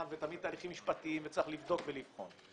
ויש תהליכים משפטים וצריך לבדוק ולבחון.